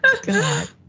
God